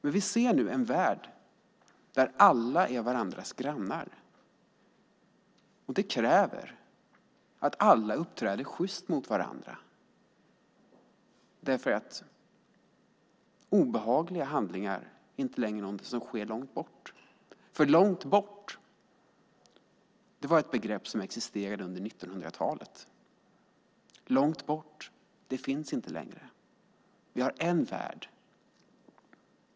Men vi ser nu en värld där alla är varandras grannar. Det kräver att alla uppträder sjyst mot varandra, därför att obehagliga handlingar inte längre är någonting som sker långt bort. Långt bort var ett begrepp som existerade under 1900-talet. Långt bort finns inte längre. Vi har en värld.